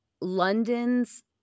London's